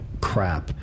crap